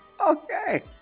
Okay